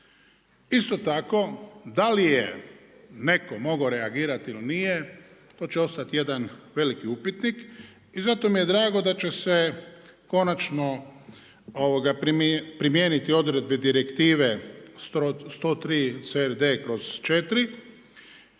Isto tako, da li je neko mogao reagirati ili nije, to će ostati jedan veliki upitnik. I zato mi je drago da će se konačno primijeniti odredbe direktive 103 CRD/IV